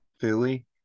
Philly